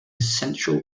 sensual